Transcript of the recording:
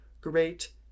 great